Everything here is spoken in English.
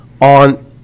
on